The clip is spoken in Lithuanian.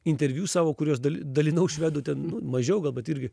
interviu savo kuriuos dalinau švedų ten nu mažiau gal bet irgi